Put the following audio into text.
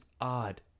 odd